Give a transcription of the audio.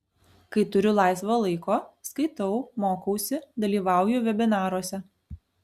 kai turiu laisvo laiko skaitau mokausi dalyvauju vebinaruose